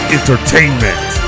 Entertainment